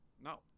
No